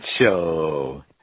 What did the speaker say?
show